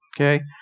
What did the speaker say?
okay